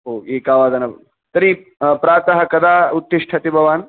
ओ एकवादनं तर्हि प्रातः कदा उत्तिष्ठति भवान्